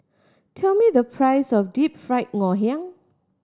tell me the price of Deep Fried Ngoh Hiang